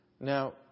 now